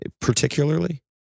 particularly